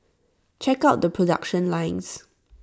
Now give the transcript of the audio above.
check out the production lines